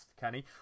Kenny